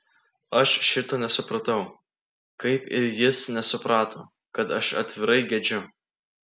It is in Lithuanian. aš šito nesupratau kaip ir jis nesuprato kad aš atvirai gedžiu